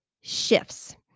shifts